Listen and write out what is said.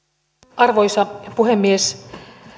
arvoisa puhemies